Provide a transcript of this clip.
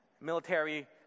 Military